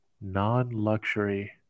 non-luxury